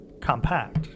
compact